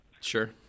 Sure